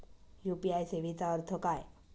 UPI सेवेचा अर्थ काय?